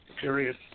period